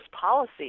policy